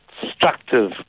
constructive